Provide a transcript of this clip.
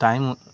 time